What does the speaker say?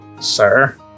Sir